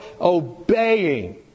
obeying